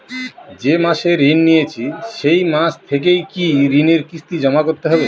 যে মাসে ঋণ নিয়েছি সেই মাস থেকেই কি ঋণের কিস্তি জমা করতে হবে?